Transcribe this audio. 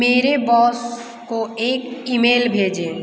मेरे बौस को एक ईमेल भेजें